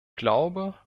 glaube